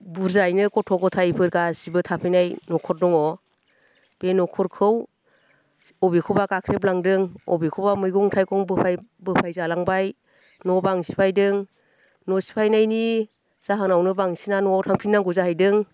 बुरजायैनो गथ' गथायफोर गासैबो थाफैनाय न'खर दङ बे न'खरखौ अबेखौबा गाख्रेबलांदों अबेखौबा मैगं थाइगं बोफाय बोफाय जालांबाय न' बां सिफायदों न' सिफायनायनि जाहोनावनो बांसिनानो न'आव थांफिननांगौ जाहैदों